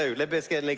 so limp bizkit like